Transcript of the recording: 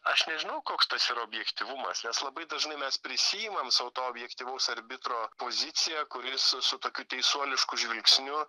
aš nežinau koks tas yra objektyvumas nes labai dažnai mes prisiimam sau to objektyvaus arbitro poziciją kuri su su tokiu teisuolišku žvilgsniu